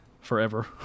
forever